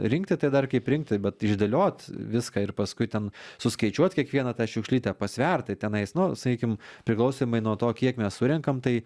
rinkti tai dar kaip rinkti bet išdėliot viską ir paskui ten suskaičiuot kiekvieną šiukšlytę pasvert tai tenais nu sakykim priklausomai nuo to kiek mes surenkam tai